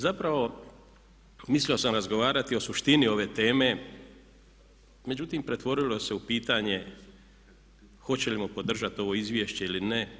Zapravo mislio sam razgovarati o suštini ove teme, međutim pretvorilo se u pitanje hoćemo li podržati ovo izvješće ili ne.